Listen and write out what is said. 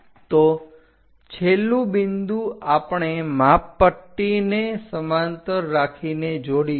તો છેલ્લું બિંદુ આપણે માપપટ્ટીને સમાંતર રાખીને જોડીશું